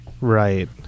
right